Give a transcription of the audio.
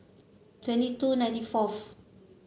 twenty two ninety fourth